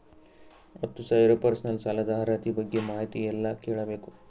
ಹತ್ತು ಸಾವಿರ ಪರ್ಸನಲ್ ಸಾಲದ ಅರ್ಹತಿ ಬಗ್ಗೆ ಮಾಹಿತಿ ಎಲ್ಲ ಕೇಳಬೇಕು?